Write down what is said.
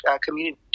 community